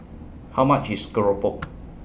How much IS Keropok